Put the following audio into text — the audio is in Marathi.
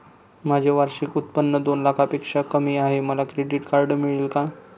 माझे वार्षिक उत्त्पन्न दोन लाखांपेक्षा कमी आहे, मला क्रेडिट कार्ड मिळेल का?